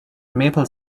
maple